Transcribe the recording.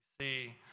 See